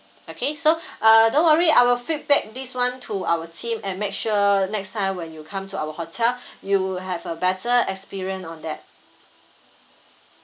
okay so uh don't worry I'll feedback this one to our team and make sure next time when you come to our hotel you'll have a better experience on that